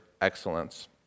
excellence